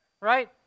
right